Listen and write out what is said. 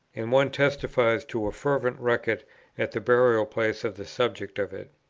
and one testifies to a fervent record at the burial-place of the subjects of it.